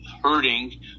hurting